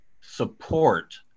support